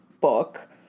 book